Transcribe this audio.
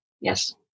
yes